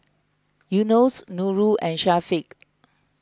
Yunos Nurul and Syafiq